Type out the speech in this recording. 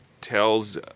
tells